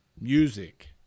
music